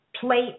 plate